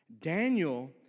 Daniel